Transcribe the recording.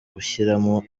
gushyiramo